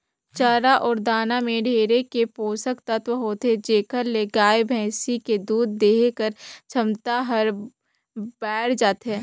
चारा अउ दाना में ढेरे के पोसक तत्व होथे जेखर ले गाय, भइसी के दूद देहे कर छमता हर बायड़ जाथे